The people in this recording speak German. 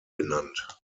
genannt